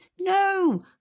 No